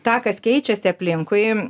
tą kas keičiasi aplinkui